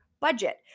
budget